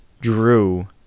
drew